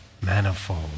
manifold